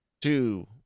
two